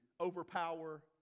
overpower